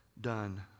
done